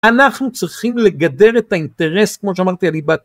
אנחנו צריכים לגדר את האינטרס כמו שאמרתי על...